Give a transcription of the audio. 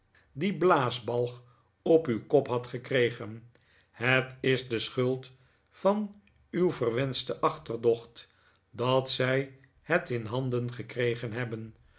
uit balg op uw kop hadt gekregen het is de schuld van uw verwenschte achterdocht dat zij het in handen gekregen hebben